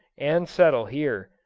and settle here,